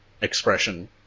expression